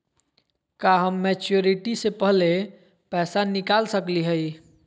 का हम मैच्योरिटी से पहले पैसा निकाल सकली हई?